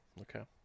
Okay